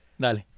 Dale